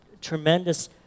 tremendous